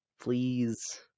please